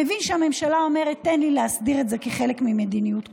מבין שהממשלה אומרת: תן לי להסדיר את זה כחלק ממדיניות כוללת.